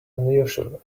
unusual